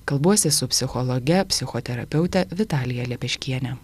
kalbuosi su psichologe psichoterapeute vitalija lepeškiene